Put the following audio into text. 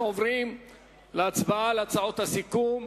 אנחנו עוברים להצבעה על הצעות הסיכום.